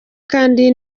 kandi